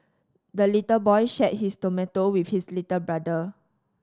the little boy shared his tomato with his little brother